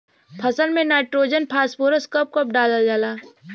फसल में nitrogen phosphorus कब कब डालल जाला?